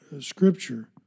scripture